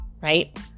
right